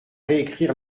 réécrire